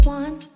one